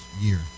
year